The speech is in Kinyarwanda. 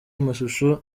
amashusho